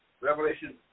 Revelation